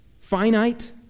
finite